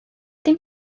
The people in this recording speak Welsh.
dim